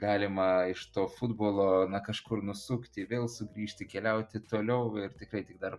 galima iš to futbolo na kažkur nusukti vėl sugrįžti keliauti toliau ir tikrai tik dar